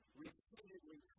repeatedly